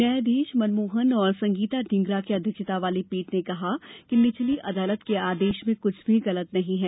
न्यायाधीश मनमोहन और संगीता ढींगरा की अध्यक्षता वाली पीठ ने कहा निचली अदालत के आदेश में कुछ भी गलत नहीं है